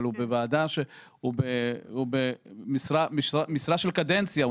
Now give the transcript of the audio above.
הוא במשרה של קדנציה,